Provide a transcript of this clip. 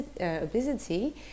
obesity